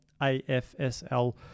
AFSL